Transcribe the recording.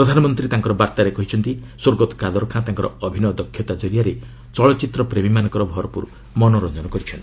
ପ୍ରଧାନମନ୍ତ୍ରୀ ତାଙ୍କ ବାର୍ଭାରେ କହିଛନ୍ତି ସ୍ୱର୍ଗତ କାଦର ଖାଁ ତାଙ୍କର ଅଭିନୟ ଦକ୍ଷତା କରିଆରେ ଚଳଚ୍ଚିତ୍ର ପ୍ରେମୀମାନଙ୍କର ଭରପୁର ମନୋରଞ୍ଜନ କରିଥିଲେ